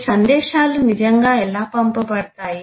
మీ సందేశాలు నిజంగా ఎలా పంపబడతాయి